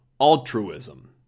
Altruism